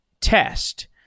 test